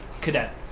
cadet